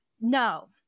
no